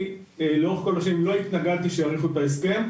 אני לאורך כל השנים לא התנגדתי שיאריכו את ההסכם,